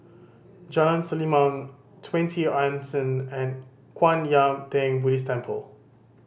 Jalan Selimang Twenty Anson and Kwan Yam Theng Buddhist Temple